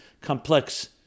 complex